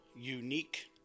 unique